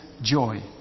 Joy